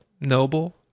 noble